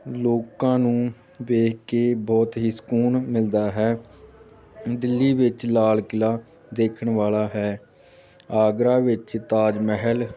ਲੋਕਾਂ ਨੂੰ ਦੇਖ ਕੇ ਬਹੁਤ ਹੀ ਸਕੂਨ ਮਿਲਦਾ ਹੈ ਦਿੱਲੀ ਵਿੱਚ ਲਾਲ ਕਿਲ੍ਹਾ ਦੇਖਣ ਵਾਲਾ ਹੈ ਆਗਰਾ ਵਿੱਚ ਤਾਜ ਮਹੱਲ